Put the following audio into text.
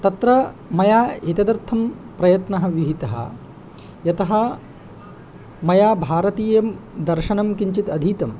तत्र मया एतदर्थं प्रयत्नः विहितः यतः मया भारतीयं दर्शनं किञ्चित् अधीतं